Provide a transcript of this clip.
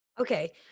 okay